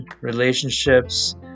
relationships